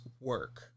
work